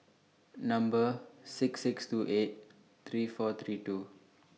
Number six six two eight three four three two